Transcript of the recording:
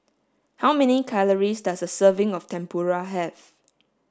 how many calories does a serving of Tempura have